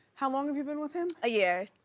how long have you been with him? a year.